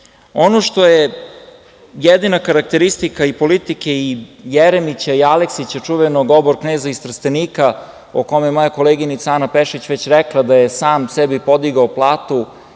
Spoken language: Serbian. što je jedina karakteristika i politike i Jeremića i Aleksića, čuvenog obor-kneza iz Trstenika, o kome je moja koleginica Ana Pešić već rekla da je sam sebi podigao platu